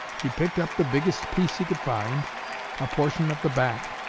he picked up the biggest piece he could find a portion of the back,